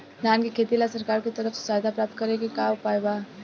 धान के खेती ला सरकार के तरफ से सहायता प्राप्त करें के का उपाय बा?